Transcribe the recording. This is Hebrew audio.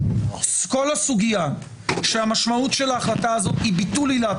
כל הסוגיה שהמשמעות של ההחלטה הזאת היא ביטול עילת